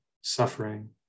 suffering